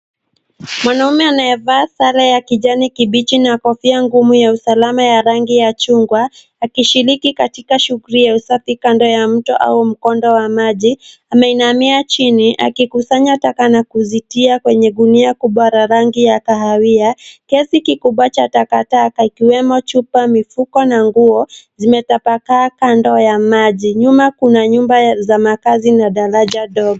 Mwanamume anayevaa sare ye kijani kibichi na kofia ngumu ya usalama ya rangi ya chungwa akishiriki katika shughuli ya usafi kando ya mto au mkondo wa maji. Ameinamia chini akikusanya taka na kutia kwenye gunia kubwa la rangi ya kahawia. Kiasi kikubwa cha takataka ikiwemo chupa, mifuko na nguo zimetapakaa kando ya maji. Nyuma kuna nyumba za makazi na daraja dogo.